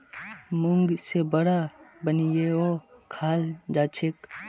मूंग से वड़ा बनएयों खाल जाछेक